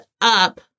up